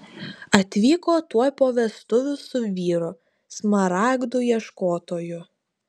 atvyko tuoj po vestuvių su vyru smaragdų ieškotoju